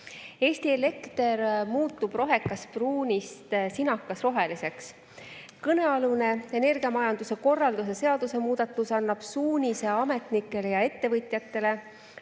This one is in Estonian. Eesti elekter muutub rohekaspruunist sinakasroheliseks. Kõnealune energiamajanduse korralduse seaduse muudatus annab suunise ametnikele ja ettevõtjatele,